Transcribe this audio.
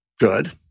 good